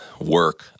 work